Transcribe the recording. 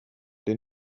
den